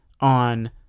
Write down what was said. on